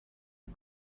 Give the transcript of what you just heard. you